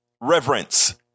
reverence